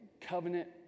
covenant